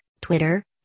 Twitter